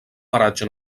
paratge